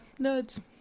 nerds